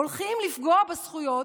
הולכים לפגוע בזכויות.